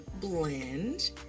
Blend